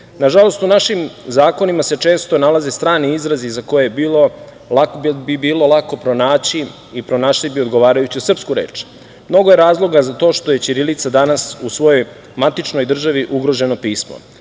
Nažalost, u našim zakonima se često nalaze strani izrazi za koje bi bilo lako pronaći i pronašli bi odgovarajuću srpsku reč. Mnogo je razloga za to što je ćirilica danas u svojoj matičnoj državi ugroženo pismo.